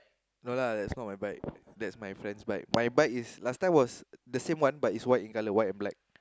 no lah that's not my bike that's my friend's bike my bike is last time was the same one but is white in colour white and black